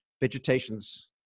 vegetations